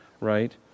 right